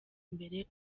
imbere